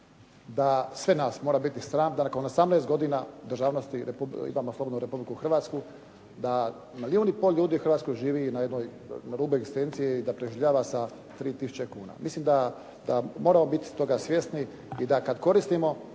da sve nas mora biti sram da nakon 18 godine državnosti, imamo slobodnu Republiku Hrvatsku da milijun i pol ljudi živi na rubu egzistencije i da preživljava sa 3 tisuće kuna. Mislim da moramo biti toga svjesni i da kada koristimo